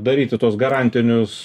daryti tuos garantinius